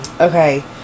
okay